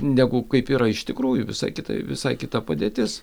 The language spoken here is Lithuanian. negu kaip yra iš tikrųjų visai kitai visai kita padėtis